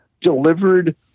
delivered